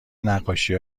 نقاشی